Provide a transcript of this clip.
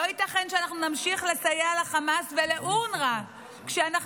לא ייתכן שאנחנו נמשיך לסייע לחמאס ולאונר"א כשאנחנו